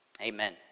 Amen